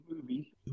movie